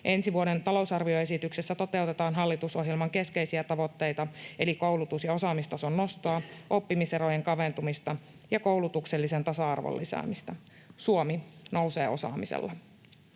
Ensi vuoden talousarvioesityksessä toteutetaan hallitusohjelman keskeisiä tavoitteita eli koulutus‑ ja osaamistason nostoa, oppimiserojen kaventumista ja koulutuksellisen tasa-arvon lisäämistä. Suomi nousee osaamisella.